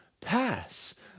pass